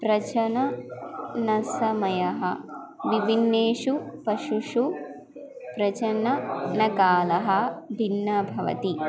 प्रश्नसमयः विभिन्नेषु पशुषु प्रछन्नकालः भिन्नः भवति